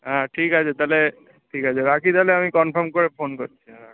হ্যাঁ ঠিক আছে তাহলে ঠিক আছে রাখি তাহলে আমি কনফার্ম করে ফোন করছি হ্যাঁ